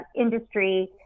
industry